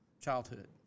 childhood